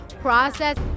process